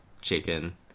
chicken